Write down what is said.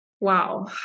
Wow